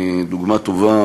דוגמה טובה,